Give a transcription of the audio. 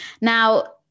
Now